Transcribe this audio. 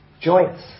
joints